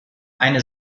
eine